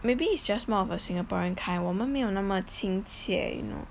maybe it's just more of a singaporean kind 我们没有那么亲切 you know